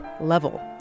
Level